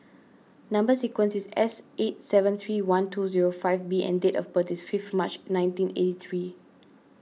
Number Sequence is S eight seven three one two zero five B and date of birth is fifth March nineteen eighty three